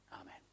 Amen